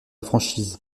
franchise